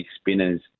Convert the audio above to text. spinners